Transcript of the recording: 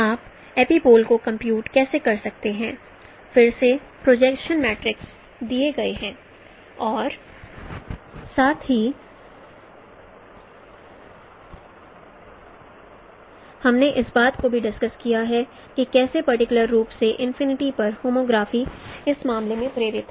आप एपिपोल्स को कंप्यूट कैसे कर सकते हैं फिर से प्रोजेक्शन मैट्रिसेस दिए गए हैं और साथ ही हमने इस बात को भी डिस्कस किया है कि कैसे पर्टिकुलर रूप से इन्फिनिटी पर होमोग्राफी इस मामले में प्रेरित है